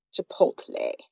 Chipotle